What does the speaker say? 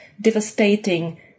devastating